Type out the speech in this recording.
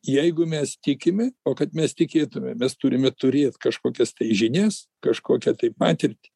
jeigu mes tikime o kad mes tikėtume mes turime turėti kažkokias žinias kažkokią tai patirtį